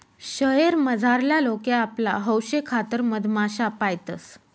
शयेर मझारला लोके आपला हौशेखातर मधमाश्या पायतंस